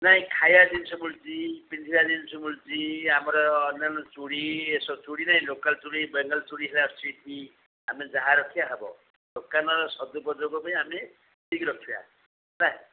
ନାଇଁ ଖାଇବା ଜିନିଷ ମିଳୁଛି ପିନ୍ଧିବା ଜିନିଷ ମିଳୁଛି ଆମର ଅନ୍ୟାନ୍ୟ ଚୁଡ଼ି ଏ ଚୁଡ଼ି ନାହିଁ ଲୋକାଲ୍ ଚୁଡ଼ି ବେଙ୍ଗଲ ଚୁଡ଼ି ହେରିକା ଆସୁଛି କି ଆମେ ଯାହା ରଖିବା ହେବ ଦୋକାନର ସଦୁପଯୋଗ ପାଇଁ ଆମେ ଠିକ୍ ରଖିବା ହେଲା